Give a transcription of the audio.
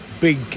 big